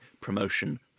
Promotion